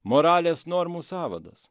moralės normų sąvadas